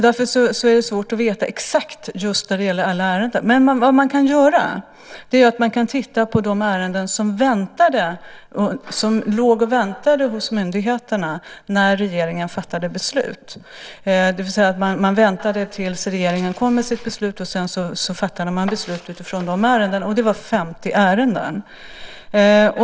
Därför är det svårt att veta exakt när det gäller alla ärenden. Man kan titta på de ärenden som låg och väntade hos myndigheterna när regeringen fattade beslut. Man väntade tills regeringen kom med sitt beslut. Sedan fattade man beslut utifrån de ärendena. Det var 50 ärenden.